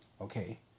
Okay